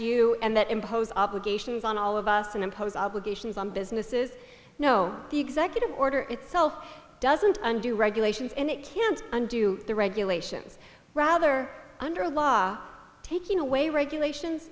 you and that imposes obligations on all of us and impose obligations on businesses no the executive order itself doesn't undo regulations and it can't undo the regulations rather under a law taking away regulations